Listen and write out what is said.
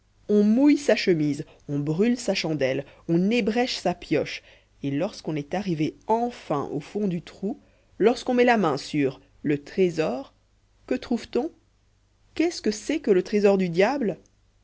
on mouille sa chemise on brûle sa chandelle on ébrèche sa pioche et lorsqu'on est arrivé enfin au fond du trou lorsqu'on met la main sur le trésor que trouve-t-on qu'est-ce que c'est que le trésor du diable